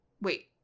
Wait